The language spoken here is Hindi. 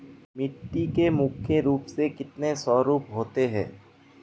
मिट्टी के मुख्य रूप से कितने स्वरूप होते हैं?